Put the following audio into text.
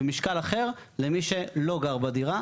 ומשקל אחר למי שלא גר בדירה.